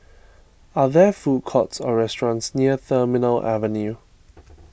are there food courts or restaurants near Terminal Avenue